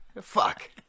Fuck